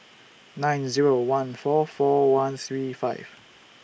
nine Zero one four four one three five